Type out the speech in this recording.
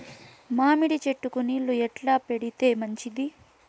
మామిడి చెట్లకు నీళ్లు ఎట్లా పెడితే మంచిది?